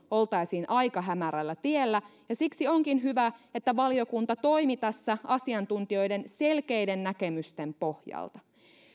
oltaisiin aika hämärällä tiellä ja siksi onkin hyvä että valiokunta toimi tässä asiantuntijoiden selkeiden näkemysten pohjalta